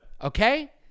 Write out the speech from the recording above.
okay